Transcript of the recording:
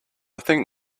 think